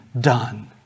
done